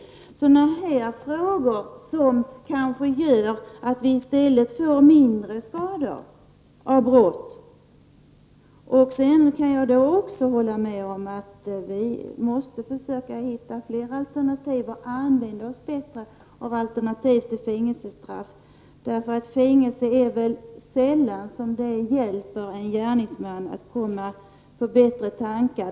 Detta är insatser som kanske leder till att vi i stället får mindre skador av brott. Jag kan även hålla med om att vi måste försöka hitta fler alternativ och använda oss bättre av alternativ till fängelsestraff. Fängelse hjälper sällan en gärningsman att komma på bättre tankar.